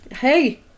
Hey